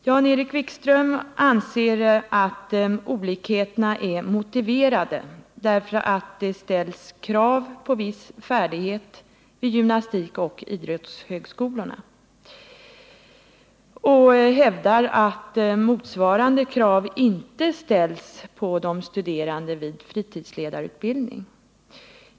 Jan-Erik Wikström anser att olikheterna är motiverade därför att det ställs krav på viss färdighet vid gymnastikoch idrottshögskolorna och hävdar att motsvarande krav inte ställs på de studerande vid fritidsledarutbildningen.